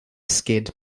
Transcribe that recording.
skid